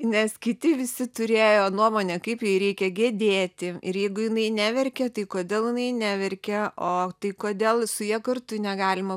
nes kiti visi turėjo nuomonę kaip jai reikia gedėti ir jeigu jinai neverkia tai kodėl jinai neverkia o tai kodėl su ja kartu negalima